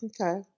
Okay